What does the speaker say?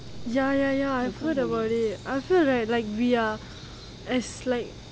ya ya ya I've heard about it I feel like we're as like